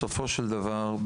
בסופו של דבר,